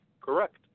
Correct